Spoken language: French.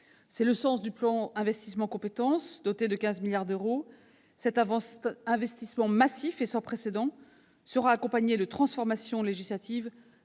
est le sens du plan d'investissement dans les compétences, doté de 15 milliards d'euros. Cet investissement massif et sans précédent sera accompagné des transformations tout